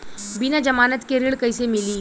बिना जमानत के ऋण कैसे मिली?